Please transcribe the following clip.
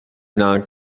non